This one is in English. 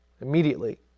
Immediately